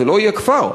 זה לא יהיה כפר,